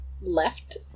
left